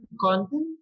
content